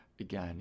again